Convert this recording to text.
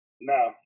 No